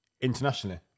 Internationally